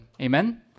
amen